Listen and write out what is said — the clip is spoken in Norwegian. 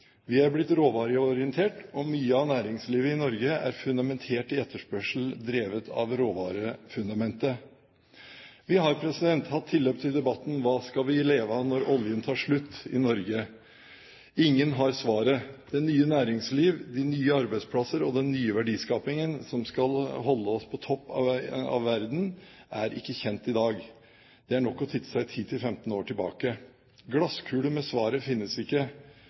Vi er blitt råvareorientert, og mye av næringslivet i Norge er fundamentert i etterspørsel drevet av råvarefundamentet. Vi har i debatten hatt tilløp: «Hva skal vi leve av når oljen tar slutt?» i Norge. Ingen har svaret. Det nye næringsliv, de nye arbeidsplasser og den nye verdiskapingen som skal holde oss på topp av verden, er ikke kjent i dag. Det er nok å se seg 10–15 år tilbake. Glasskule med svaret finnes ikke.